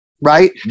Right